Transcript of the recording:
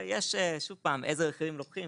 יש איזה רכיבים לוקחים,